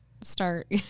start